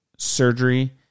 Surgery